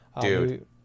Dude